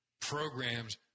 Programs